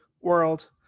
world